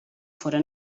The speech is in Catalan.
fóra